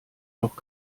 noch